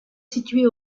située